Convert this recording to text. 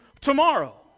tomorrow